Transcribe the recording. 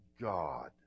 God